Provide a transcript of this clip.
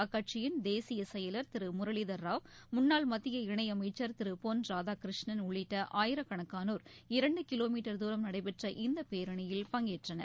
அக்கட்சியின் தேசிய செயலர் திரு முரளிதர் ராவ் முன்னாள் மத்திய இணையமைச்சர் திரு பொன் ராதாகிருஷ்ணன் உள்ளிட்ட ஆயிரக்கணக்கானோர் இரண்டு கிலோமீட்டர் தூரம் நடைபெற்ற இந்த பேரணியில் பங்கேற்றனர்